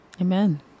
Amen